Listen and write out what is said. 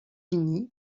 unis